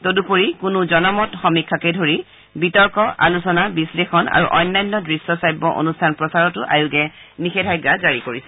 তদুপৰি কোনো জনমত সমীক্ষাকে ধৰি বিতৰ্ক আলোচনা বিশ্লেষণ আৰু অন্যান্য দৃশ্যশ্ৰাব্য অনুষ্ঠান প্ৰচাৰতো আয়োগে নিষেধাজ্ঞা জাৰি কৰিছে